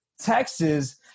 texas